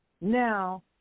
Now